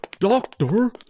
Doctor